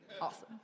Awesome